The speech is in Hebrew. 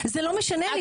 זה לא משנה לי.